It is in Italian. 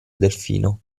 delfino